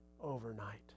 overnight